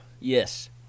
Yes